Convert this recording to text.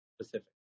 specific